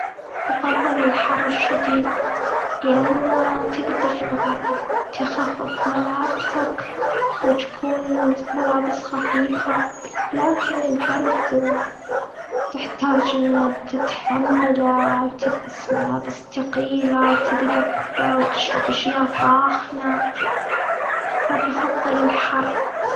أفضل الحر الشديد. لأن تقدر تخفف ملابسك، وتكون في ملابس خفيفه. لكن البرد تحتاج إنه تتحمله، وتلبس ملابس ثقيلة، وتدفى، وتشرب أشياء ساخنة. فا بفضل الحر.